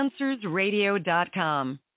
AnswersRadio.com